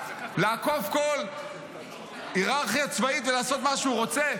לעקוף כל היררכיה צבאית ולעשות מה שהוא רוצה?